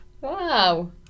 Wow